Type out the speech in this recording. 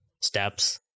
steps